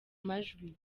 majwi